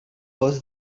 was